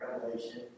Revelation